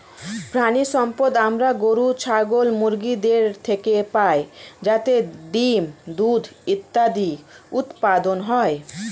প্রাণিসম্পদ আমরা গরু, ছাগল, মুরগিদের থেকে পাই যাতে ডিম্, দুধ ইত্যাদি উৎপাদন হয়